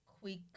quick